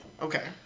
Okay